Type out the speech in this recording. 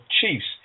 Chiefs